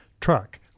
truck